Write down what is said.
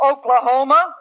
Oklahoma